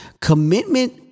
Commitment